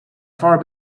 far